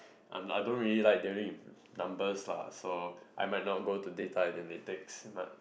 I'm I don't really like dealing with numbers lah so I might not go to data analytics